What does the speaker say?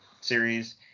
series